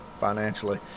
financially